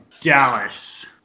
Dallas